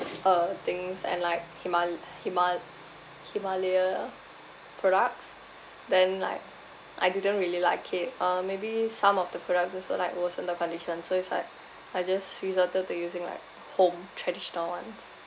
uh things and like himal~ himal~ himalaya products then like I didn't really like it uh maybe some of the products also like worsen the condition so it's like I just resorted to using like home traditional ones